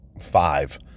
five